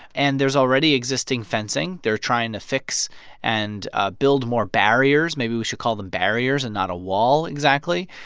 and there's already existing fencing. they're trying to fix and ah build more barriers. maybe we should call them barriers and not a wall exactly.